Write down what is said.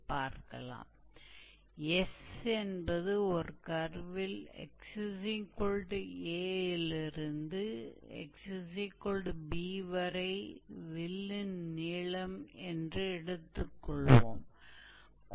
तो पहले माना आर्क की लंबाई s है तो यह मूल रूप से 𝑥𝑎 𝑥𝑏 बिंदुओं के बीच कर्व के आर्क की लंबाई है फिर हमारे पास क्या होगा